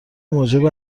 موجب